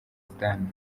zidane